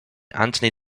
anthony